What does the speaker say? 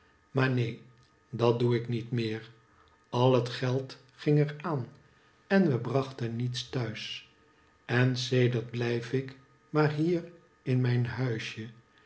maar neen dat doe ik niet meer al het geld ging er aan en we brachten niets thuis en sedert blijf ik maar hier in mijn huisje